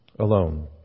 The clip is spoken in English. Alone